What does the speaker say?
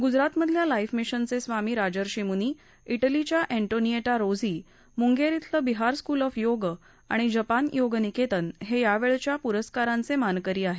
गुजरातमधल्या लाईफ मिशनचे स्वामी राजर्षी मुनी इटलीच्या एंटोनिएटा रोझ्झी मुंगेर इथलं बिहार स्कूल ऑफ योग आणि जपान योग निकेतन हे यावेळच्या पुरस्कारांचे मानकरी आहेत